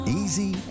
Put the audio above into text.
easy